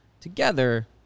Together